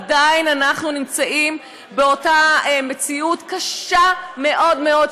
עדיין אנחנו נמצאים באותה מציאות קשה מאוד מאוד,